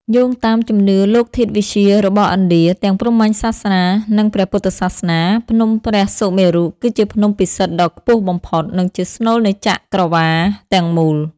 យោងតាមជំនឿលោកធាតុវិទ្យារបស់ឥណ្ឌា ទាំងព្រហ្មញ្ញសាសនា និងព្រះពុទ្ធសាសនា ភ្នំព្រះសុមេរុ គឺជាភ្នំពិសិដ្ឋដ៏ខ្ពស់បំផុត និងជាស្នូលនៃចក្រវាឡទាំងមូល។